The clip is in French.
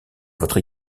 votre